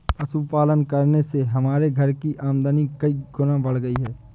पशुपालन करने से हमारे घर की आमदनी कई गुना बढ़ गई है